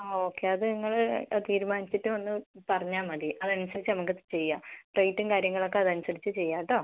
ആ ഓക്കെ അത് നിങ്ങൾ തീരുമാനിച്ചിട്ട് ഒന്ന് പറഞ്ഞാൽ മതി അത് അനുസരിച്ച് നമുക്ക് അത് ചെയ്യാം റേറ്റും കാര്യങ്ങൾ ഒക്കെ അത് അനുസരിച്ച് ചെയ്യാം കേട്ടോ